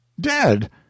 Dead